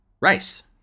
rice